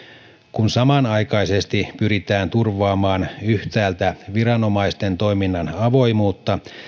kun samanaikaisesti pyritään turvaamaan yhtäältä viranomaisten toiminnan avoimuutta